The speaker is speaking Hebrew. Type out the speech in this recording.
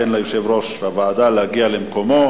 ניתן ליושב-ראש הוועדה להגיע למקומו.